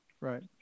Right